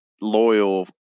loyal